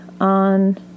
on